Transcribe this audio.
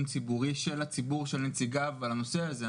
ציבורי של הציבור ושל נציגיו על הנושא הזה.